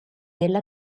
della